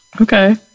Okay